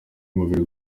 umubiri